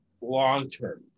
long-term